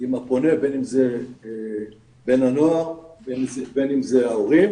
עם הפונה, בין אם זה בן הנוער ובין אם אלה ההורים,